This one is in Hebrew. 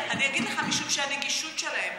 כי הנגישות שלהם,